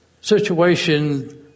situation